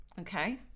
Okay